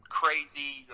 crazy